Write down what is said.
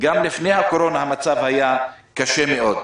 גם לפני הקורונה היה קשה מאוד.